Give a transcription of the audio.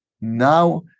now